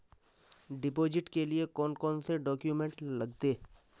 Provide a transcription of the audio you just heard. Deposit के लिए कौन कौन से डॉक्यूमेंट लगते?